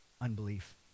Unbelief